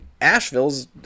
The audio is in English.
Asheville's